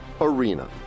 Arena